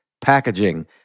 packaging